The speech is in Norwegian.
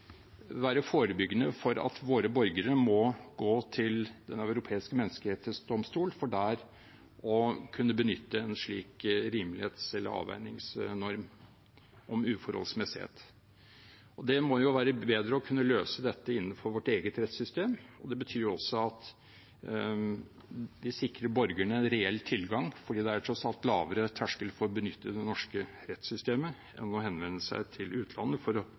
være forebyggende for at våre borgere må gå til Den europeiske menneskerettsdomstol for å kunne benytte en slik rimelighets- eller avveiningsnorm om uforholdsmessighet. Det må jo være bedre å kunne løse dette innenfor vårt eget rettssystem. Det betyr også at vi sikrer borgerne en reell tilgang, fordi det tross alt er lavere terskel for å benytte det norske rettssystemet enn for å henvende seg til utlandet for